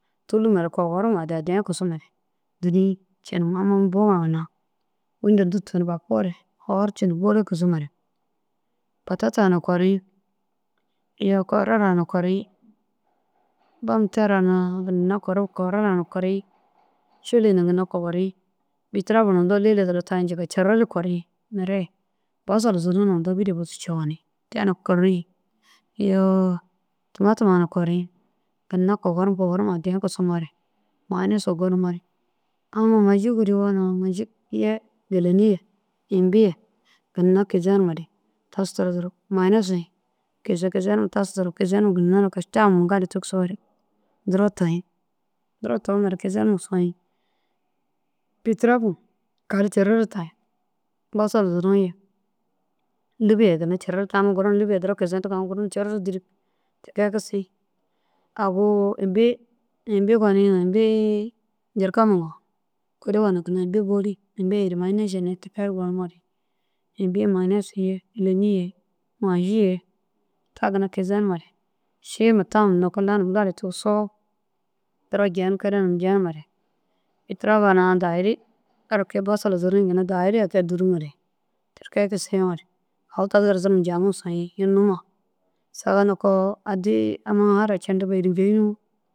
Tûllu mare kogorum addiyã kisimare dûriĩ cii na buwa ginna wîni daha dûtu ni bapoore fafarcindu bôla kisimare batata na koriĩ iyoo karoda na kori bomtera na ginna kori karora na kori šili na ginna koworiĩ bîtirapu na indoo lêda duro taĩ jilla ciiri ru kori mire bosol ziruũ na indoo bîra buzu cii. Owoni te na kori iyoo tumatuma na kori ginna kogorum kogorum addiyã kisimoore mayinasu gonumoore amma maje wuruga na maje ye gîleni ye impi ye ginna kizenumare tas tira duro mayinasu kizekizenum tas duro kizenum ginna nokoo camum gali tigisoore duro toyĩ duro tomare kizenim soyi. Bîtirabu karu ciriru tayi bosol ziru ye lîbiya ye ginna ciiriru tayii amma gura na lûbiya duro kizeyindig aũ gur na ciiri ru dûrug ti kee kisii. Awu imbi imbi goniŋa imbi jarkamaŋa gonig kuri woo na ginna imbi bôli impi hirimayine šinne imbi ti kee gonumoore imbi mayinas ye gîleni ye maji ye ta ginna kizenimare šima mamum lanum nokoo gali tigisoo duro jenim kelenim jenimare bîtiraba na dahuru ai bosolu zuruŋa ginna na ru dahiri ekee dûru ŋore ti kee kisiŋore aũ tasu duro tunum jaŋim soyi yunu numa saga nokoo addi amma hada cendiŋa ênigeyinoo